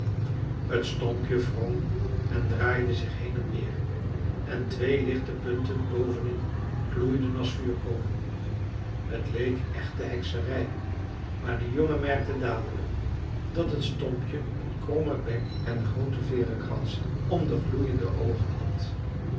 t stompje wrong en draaide zich heen en weer en twee lichte punten bovenin gloeiden als vuurkolen t leek echte hekserij maar de jongen merkte dadelijk dat het stompje een krommen bek en groote veeren kransen om de gloeiende oogen had